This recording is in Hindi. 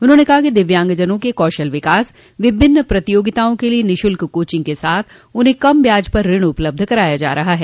उन्होंने कहा कि दिव्यांगजनों के कौशल विकास विभिन्न प्रतियोगिताओं के लिये निःशुल्क कोचिंग के साथ उन्हें कम ब्याज पर ऋण उपलब्ध कराया जा रहा है